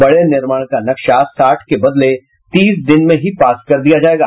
बड़े निर्माण का नक्शा साठ के बदले तीस दिन में ही पास कर दिया जायेगा